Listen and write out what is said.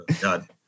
god